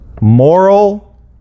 moral